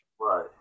Right